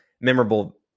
memorable